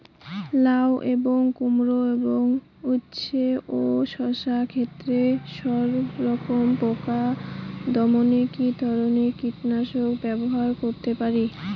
লাউ এবং কুমড়ো এবং উচ্ছে ও শসা ক্ষেতে সবরকম পোকা দমনে কী ধরনের কীটনাশক ব্যবহার করতে পারি?